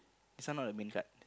this one not the main card